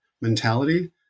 mentality